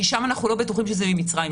כי שם אנחנו לא בטוחים שזה ממצרים.